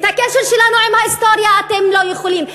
את הקשר שלנו עם ההיסטוריה אתם לא יכולים.